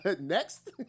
next